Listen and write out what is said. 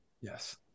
Yes